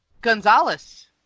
Gonzalez